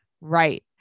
right